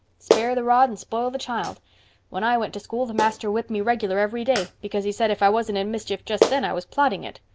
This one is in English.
spare the rod and spoil the child when i went to school the master whipped me regular every day because he said if i wasn't in mischief just then i was plotting it.